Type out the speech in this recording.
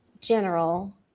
general